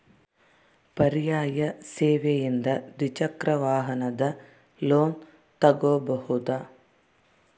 ಪರ್ಯಾಯ ಸೇವೆಯಿಂದ ದ್ವಿಚಕ್ರ ವಾಹನದ ಲೋನ್ ತಗೋಬಹುದಾ?